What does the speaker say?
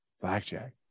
blackjack